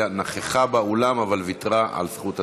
נכחה באולם אבל ויתרה על זכות הדיבור.